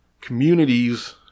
Communities